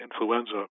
influenza